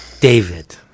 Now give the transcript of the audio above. David